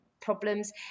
problems